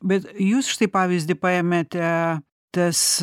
bet jūs štai pavyzdį paėmėte tas